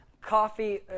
Coffee